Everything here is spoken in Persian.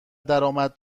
درآمد